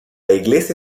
iglesia